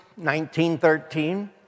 1913